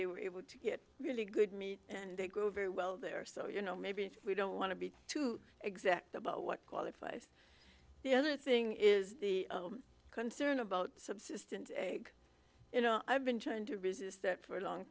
they were able to get really good meat and they grew very well there are so you know maybe we don't want to be too exact about what qualifies the other thing is the concern about subsistence eg you know i've been trying to resist that for a long